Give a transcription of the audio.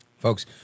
Folks